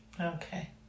Okay